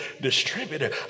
distributor